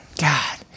God